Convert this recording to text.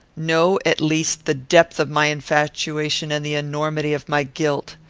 know at least the depth of my infatuation and the enormity of my guilt.